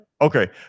okay